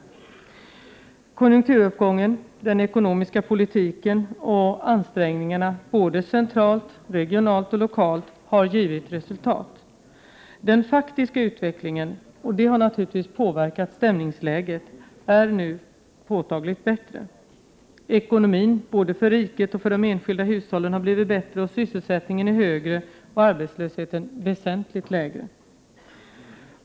Konjunkturuppgången, den ekonomiska politiken och ansträngningarna både centralt, regionalt och lokalt har givit resultat. Den faktiska utvecklingen är nu påtagligt bättre, och det har naturligtvis påverkat stämningsläget. Ekonomin, både för riket och de enskilda hushållen, har blivit bättre. Sysselsättningen är högre och arbetslösheten väsentligt lägre.